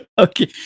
Okay